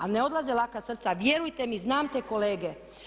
Ali ne odlaze laka srca, vjerujte mi znam te kolege.